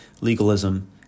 legalism